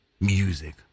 music